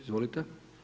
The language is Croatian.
Izvolite.